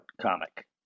comic